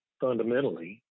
fundamentally